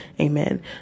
amen